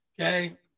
okay